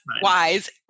wise